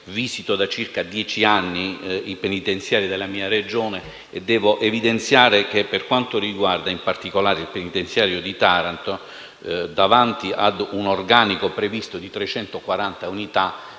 Visito da circa dieci anni i penitenziari della mia Regione e devo evidenziare che, per quanto riguarda in particolare il penitenziario di Taranto, a fronte di un organico previsto di 340 unità,